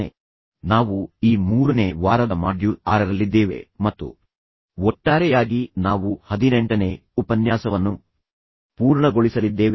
ಇದು ಈ ಕೋರ್ಸ್ನ ಮೂರನೇ ವಾರವಾಗಿದೆ ಮತ್ತು ನಾವು ಈ ಮೂರನೇ ವಾರದ ಮಾಡ್ಯೂಲ್ 6ರಲ್ಲಿದ್ದೇವೆ ಮತ್ತು ಒಟ್ಟಾರೆಯಾಗಿ ನಾವು 18ನೇ ಉಪನ್ಯಾಸವನ್ನು ಪೂರ್ಣಗೊಳಿಸಲಿದ್ದೇವೆ